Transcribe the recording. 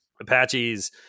apaches